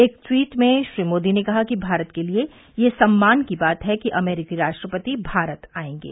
एक ट्वीट में श्री मोदी ने कहा कि भारत के लिये यह सम्मान की बात है कि अमरीकी राष्ट्रपति भारत आयेंगे